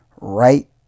right